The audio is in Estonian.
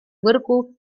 võrgu